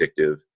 addictive